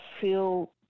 feel